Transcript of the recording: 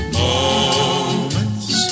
moments